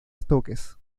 stokes